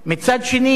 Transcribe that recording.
מצד שני,